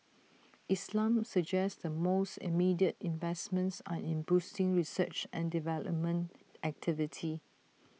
islam suggests the most immediate investments are in boosting research and development activity